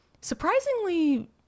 surprisingly